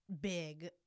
Big